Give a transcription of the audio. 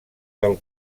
del